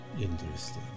Interesting